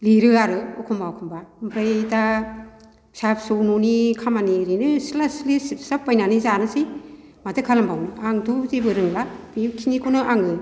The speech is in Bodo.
लिरो आरो एखनबा एखनबा ओमफ्राय दा फिसा फिसौ न'नि खामानि ओरैनो सिथ्ला सिथ्लि सिबसाब बायनानै जानोसै माथो खालामबावनो आंथ' जेबो रोंला बेखिनिखौनो आङो